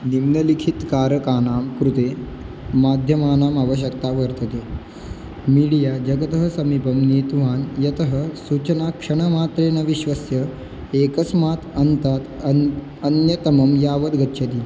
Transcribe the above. निम्नलिखितं कारकाणां कृते माध्यमानाम् आवश्यकता वर्तते मीडिया जगतः समीपं नीतवान् यतः सूचनाक्षणमात्रे न विश्वस्य एकस्मात् अन्तात् अन् अन्यतमं यावद् गच्छति